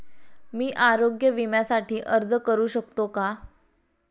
मी आरोग्य विम्यासाठी अर्ज करू शकतो का?